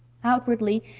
outwardly,